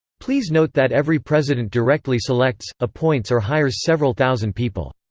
please note that every president directly selects, appoints or hires several thousand people.